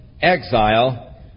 exile